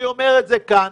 אני אומר את זה כאן.